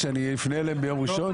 כדי שאני אפנה אליהם ביום ראשון?